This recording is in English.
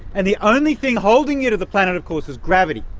and the only thing holding you to the planet, of course, is gravity.